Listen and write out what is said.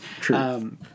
True